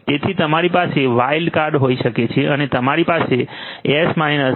તેથી તમારી પાસે વાઇલ્ડ કાર્ડ હોઈ શકે છે અને તમારી પાસે એસ 10